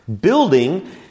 Building